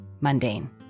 mundane